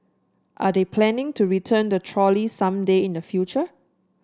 are they planning to return the trolley some day in the future